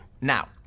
Now